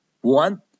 one